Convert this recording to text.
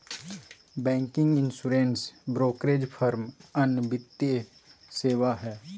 banking, insurance, brokerage firm अन्य वित्तीय सेवा हय